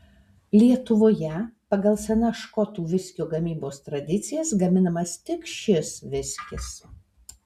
lietuvoje pagal senas škotų viskio gamybos tradicijas gaminamas tik šis viskis